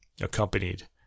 accompanied